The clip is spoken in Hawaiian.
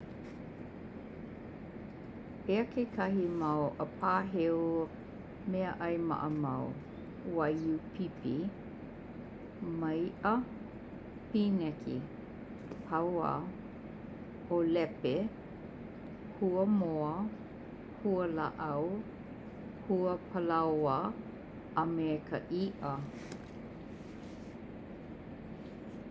Eia kekahi mau pāheu meaʻai maʻamau-waiūpipi, maiʻa, pineki, paua, ʻōlepe, hua moa, hua laʻau, hua palaoa, a me ka iʻa.